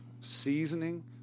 seasoning